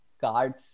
cards